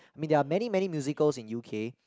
I mean there are many many musicals in U_K